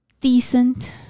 decent